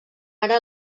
ara